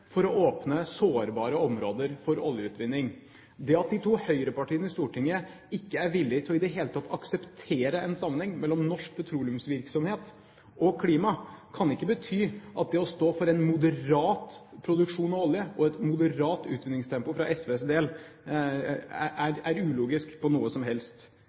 for å åpne sårbare områder for oljeutvinning. Det at de to høyrepartiene i Stortinget ikke er villige til i det hele tatt å akseptere en sammenheng mellom norsk petroleumsvirksomhet og klima, kan ikke bety at det å stå for en moderat produksjon av olje og et moderat utvinningstempo fra SVs del er ulogisk på noe som helst